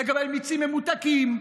לגבי מיצים ממותקים,